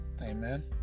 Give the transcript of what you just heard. Amen